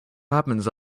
happens